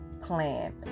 plan